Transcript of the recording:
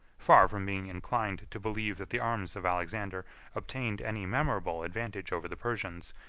far from being inclined to believe that the arms of alexander obtained any memorable advantage over the persians,